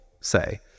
say